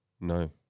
no